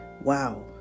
Wow